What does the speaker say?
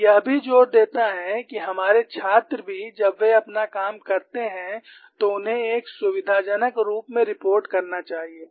और यह भी जोर देता है कि हमारे छात्र भी जब वे अपना काम करते हैं तो उन्हें एक सुविधाजनक रूप में रिपोर्ट करना चाहिए